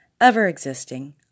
ever-existing